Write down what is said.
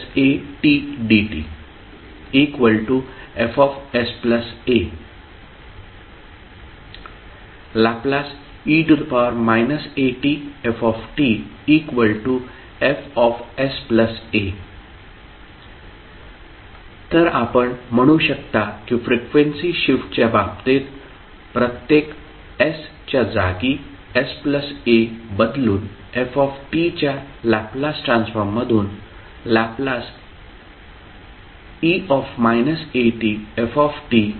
atf Fsa तर आपण म्हणू शकता की फ्रिक्वेंसी शिफ्टच्या बाबतीत प्रत्येक s च्या जागी sa बदलून f च्या लॅपलास ट्रान्सफॉर्ममधून Le atf प्राप्त केले जाऊ शकते